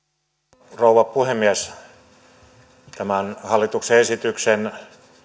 arvoisa rouva puhemies tämän hallituksen esityksen